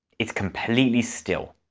it's completely still.